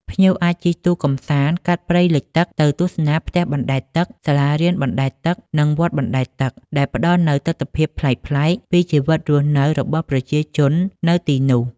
ភ្ញៀវអាចជិះទូកកម្សាន្តកាត់ព្រៃលិចទឹក ទៅទស្សនាផ្ទះបណ្តែតទឹក សាលារៀនបណ្តែតទឹក និងវត្តបណ្តែតទឹក ដែលផ្តល់នូវទិដ្ឋភាពប្លែកៗពីជីវិតរស់នៅរបស់ប្រជាជននៅទីនោះ។